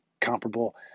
comparable